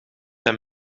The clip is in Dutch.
hem